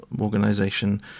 organization